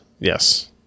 yes